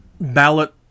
ballot